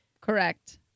correct